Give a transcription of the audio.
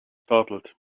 startled